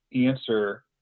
answer